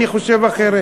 אני חושב אחרת.